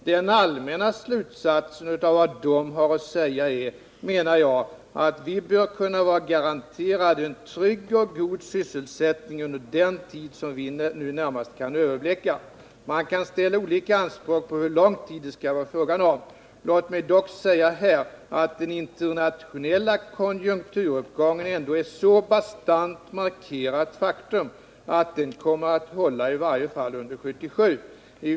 Den allmänna slutsatsen av vad de har att säga är, menar jag, att vi bör kunna vara garanterade en trygg och god sysselsättning under den tid som vi nu närmast kan överblicka. Man kan ställa olika anspråk på hur lång tid det skall vara fråga om. Låt mig dock säga här att den internationella konjunkturuppgången ändå är ett så bastant markerat faktum att den kommer att hålla i varje fall under 1977.